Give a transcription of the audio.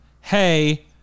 hey